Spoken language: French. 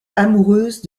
amoureuse